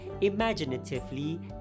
imaginatively